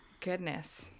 Goodness